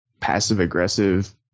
passive-aggressive